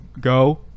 Go